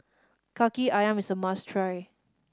Kaki Ayam is a must try